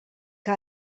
que